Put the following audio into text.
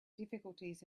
difficulties